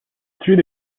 suit